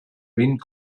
vint